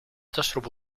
تشرب